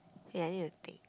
ya I need to think